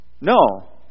No